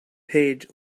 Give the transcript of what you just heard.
page